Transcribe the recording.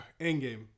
Endgame